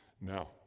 Now